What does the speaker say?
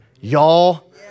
y'all